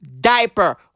diaper